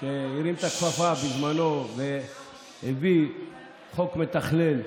שהרים את הכפפה בזמנו והביא חוק מתכלל,